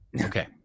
Okay